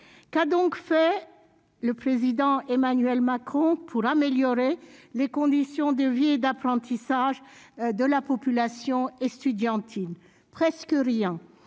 Qu'a donc fait le président Emmanuel Macron pour améliorer les conditions de vie et d'apprentissage de la population estudiantine ? Presque rien.